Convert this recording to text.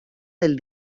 del